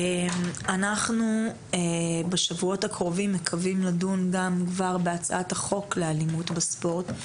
אנחנו בשבועות הקרובים מקווים לדון גם כבר בהצעת החוק לאלימות בספורט.